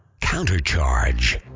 countercharge